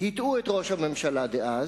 הטעו את ראש הממשלה דאז,